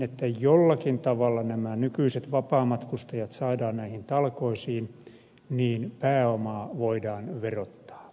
jotta jollakin tavalla nämä nykyiset vapaamatkustajat saadaan näihin talkoisiin pääomaa voidaan verottaa